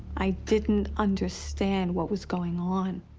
i didn't understand what was going on.